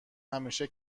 همیشه